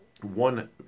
one